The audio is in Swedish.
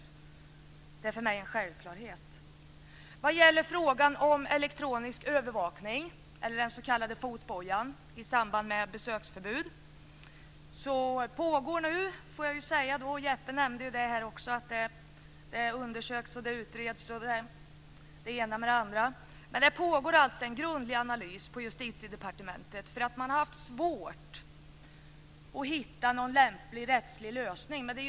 Detta är för mig en självklarhet. Vad gäller frågan om elektronisk övervakning, den s.k. fotbojan, i samband med besöksförbud pågår nu - Jeppe Johnsson nämnde här att det undersöks, utreds osv. - ett grundligt analysarbete på Justitiedepartementet. Det har nämligen varit svårt att hitta en lämplig rättslig lösning.